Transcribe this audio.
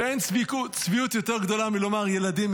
ואין צביעות יותר גדולה מלומר: ילדים,